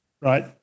Right